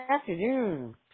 afternoon